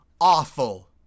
awful